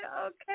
okay